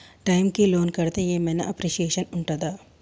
Time కి loan కడ్తే ఏం ఐనా అప్రిషియేషన్ ఉంటదా?